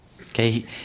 okay